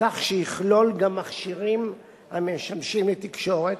כך שתכלול גם מכשירים המשמשים לתקשורת,